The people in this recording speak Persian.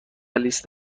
لیست